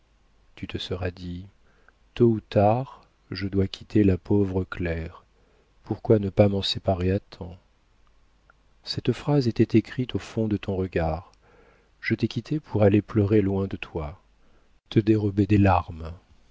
tu te seras dit tôt ou tard je dois quitter la pauvre claire pourquoi ne pas m'en séparer à temps cette phrase était écrite au fond de ton regard je t'ai quitté pour aller pleurer loin de toi te dérober des larmes